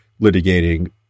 litigating